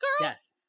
Yes